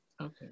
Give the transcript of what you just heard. okay